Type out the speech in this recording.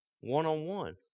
one-on-one